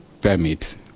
permits